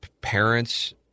parents